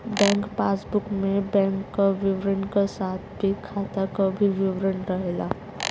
bank passbook में bank क विवरण क साथ ही खाता क भी विवरण रहला